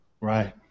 Right